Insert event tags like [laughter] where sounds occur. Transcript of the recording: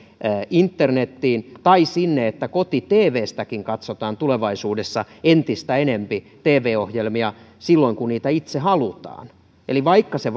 internetiin tai siihen että koti tvstäkin katsotaan tulevaisuudessa entistä enemmän tv ohjelmia silloin kun itse halutaan eli vaikka se [unintelligible]